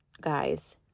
guys